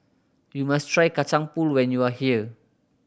you must try Kacang Pool when you are here